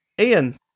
Ian